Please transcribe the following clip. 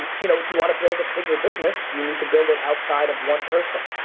and you know if you wanna build a bigger business, you need to build it outside of one person.